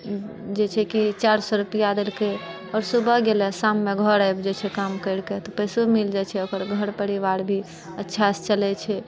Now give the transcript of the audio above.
जे छै कि चारि सए रुपआ देलकै आओर सुबह गेलै शाममे घर आबि जाइ छै काम करिके तऽ पैसो मिल जाइ छै ओकर घर परिवार भी अच्छासँ चलै छै